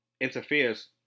interferes